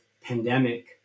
pandemic